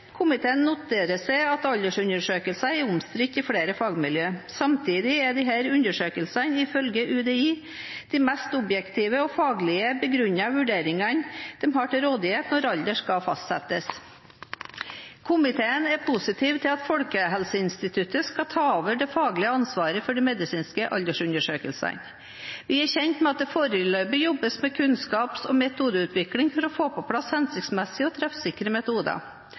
Komiteen noterer seg at aldersundersøkelser er omstridt i flere fagmiljøer. Samtidig er disse undersøkelsene ifølge UDI de mest objektive og faglig begrunnede vurderingene de har til rådighet når alder skal fastsettes. Komiteen er positiv til at Folkehelseinstituttet skal ta over det faglige ansvaret for de medisinske aldersundersøkelsene. Vi er kjent med at det foreløpig jobbes med kunnskaps- og metodeutvikling for å få på plass hensiktsmessige og treffsikre metoder.